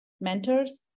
mentors